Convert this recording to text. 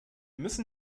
müssen